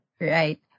Right